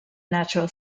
natural